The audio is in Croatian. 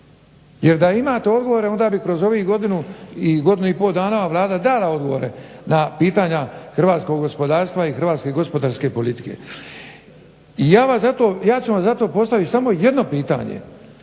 jer da imate odgovore onda bi kroz ovih godinu, godinu i pol dana ova Vlada dala odgovore na pitanja hrvatskog gospodarstva i hrvatske gospodarske politike. Ja ću vam zato postaviti samo jedno pitanje.